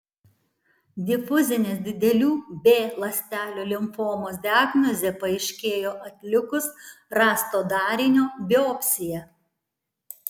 difuzinės didelių b ląstelių limfomos diagnozė paaiškėjo atlikus rasto darinio biopsiją